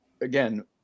again